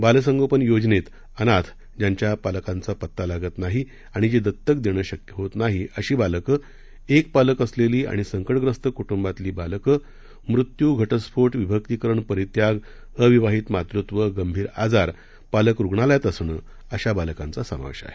बालसंगोपन योजनेत अनाथ ज्यांच्या पालकांचा पत्ता लागत नाही आणि जी दत्तक देणं शक्य होत नाही अशी बालकं एक पालक असलेली आणि संकटग्रस्त कुटुंबातील बालकं मृत्यू घटस्फोट विभक्तीकरण परित्याग अविवाहित मातृत्व गंभीर आजार पालक रुग्णालयात असणं अशा बालकांचा समावेश आहे